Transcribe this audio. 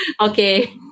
Okay